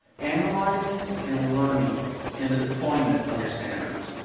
analyzing, and learning in the deployment of your standards.